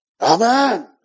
Amen